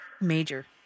Major